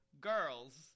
girls